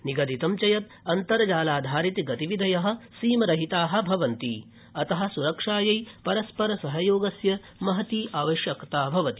निगदितं च यत् अन्तर्जालाधारितगतविधय सीमरहिता भवन्ति अत सुरक्षायै परस्पर सहयोगस्यावश्यकता भवति